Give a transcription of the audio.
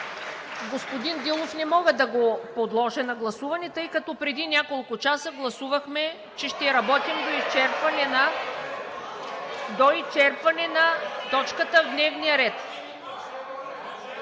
Господин Дилов, не мога да го подложа на гласуване, тъй като преди няколко часа гласувахме, че ще работим до изчерпването на точката в дневния ред.